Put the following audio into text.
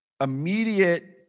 immediate